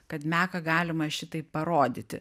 kad meką galima šitaip parodyti